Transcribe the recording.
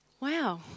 Wow